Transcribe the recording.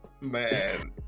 man